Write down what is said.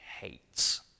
hates